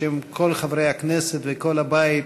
בשם כל חברי הכנסת וכל הבית,